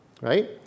right